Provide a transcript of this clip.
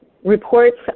Reports